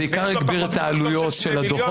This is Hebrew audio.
בעיקר הגביר את העלויות של הדו"חות.